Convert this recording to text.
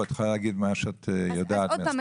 ואת יכולה להגיד מה שאת יודעת מהניסיון.